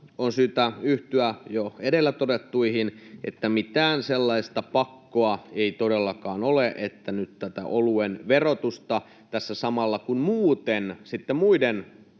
on syytä yhtyä jo edellä todettuun, että mitään sellaista pakkoa ei todellakaan ole, että nyt tätä oluen verotusta pitäisi alentaa tässä samalla, kun muuten muiden